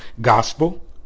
gospel